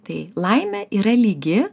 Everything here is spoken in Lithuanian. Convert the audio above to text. tai laimė yra lygi